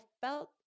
felt